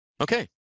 Okay